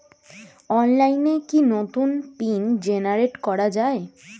অনলাইনে কি নতুন পিন জেনারেট করা যায়?